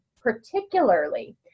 particularly